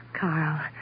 Carl